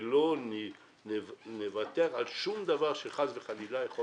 ולא נוותר על שום דבר שחס וחלילה יכול